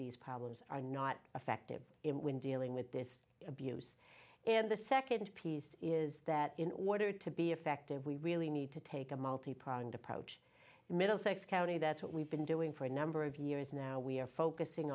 these problems are not effective in dealing with this abuse and the second piece is that in order to be effective we really need to take a multi pronged approach middlesex county that's what we've been doing for a number of years now we're focusing